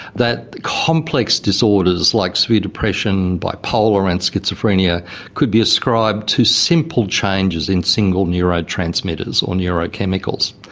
that complex disorders like severe depression, bipolar and schizophrenia could be ascribed to simple changes in single neurone transmitters or neurochemicals.